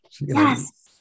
Yes